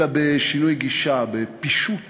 אלא בשינוי גישה, בפישוט